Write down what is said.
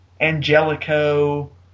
Angelico